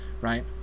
right